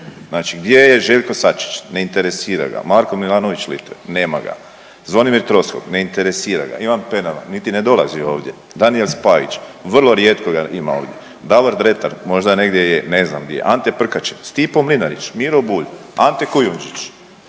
Znači gdje je Željko Sačić? Ne interesira ga. Marko Milanović Litre, nema ga. Zvonimir Troskot, ne interesira ga. Ivan Penava, niti ne dolazi ovdje. Daniel Spajić, vrlo rijetko ga ima ovdje. Davor Dretar, možda negdje je, ne znam di je. Ante Prkačin, Stipo Mlinarić, Miro Bulj, Ante Kujundžić,